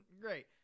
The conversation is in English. great